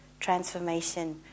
transformation